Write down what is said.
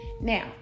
Now